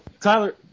Tyler